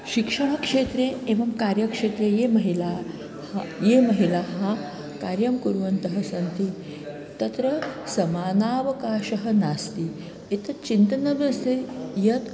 शिक्षणक्षेत्रे एवं कार्यक्षेत्रे याः महिलाः याः महिलाः कार्यं कुर्वत्यः सन्ति तत्र समानावकाशः नास्ति एतत् चिन्तनमस्ति यत्